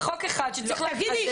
זה חוק אחד שצריך --- תגידי,